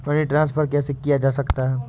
Money transfer कैसे किया जा सकता है?